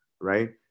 Right